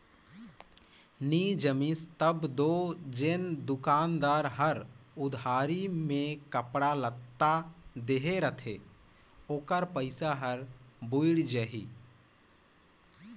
नी जमिस तब दो जेन दोकानदार हर उधारी में कपड़ा लत्ता देहे रहथे ओकर पइसा हर बुइड़ जाही